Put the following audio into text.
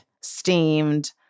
steamed